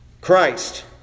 Christ